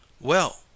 Well